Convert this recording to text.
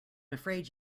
afraid